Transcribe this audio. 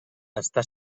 està